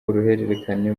uruhererekane